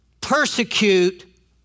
persecute